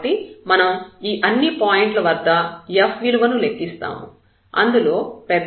కాబట్టి మనం ఈ అన్ని పాయింట్ల వద్ద f విలువను లెక్కిస్తాము అందులో పెద్ద మరియు చిన్న విలువలను ఎంచుకుంటాము